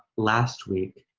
last week,